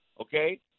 Okay